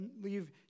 leave